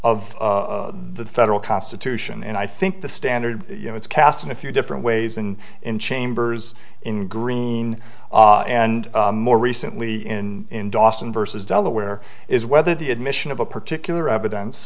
of the federal constitution and i think the standard you know it's cast in a few different ways and in chambers in green and more recently in dawson versus delaware is whether the admission of a particular evidence